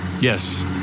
Yes